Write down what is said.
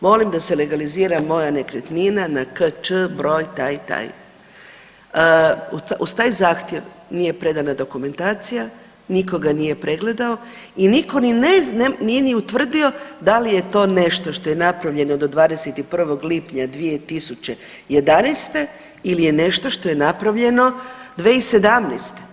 Molim da se legalizira moja nekretnina na kč.br. taj i taj, uz taj zahtjev nije predana dokumentacija, nikoga nije ni pregledao i niko nije ni utvrdio da li je to nešto što je napravljeno do 21. lipnja 2011. ili je nešto što je napravljeno 2017.